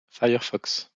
firefox